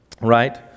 right